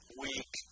weak